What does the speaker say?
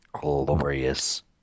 glorious